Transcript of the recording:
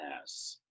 Yes